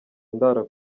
ndara